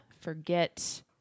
forget